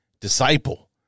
disciple